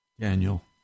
Daniel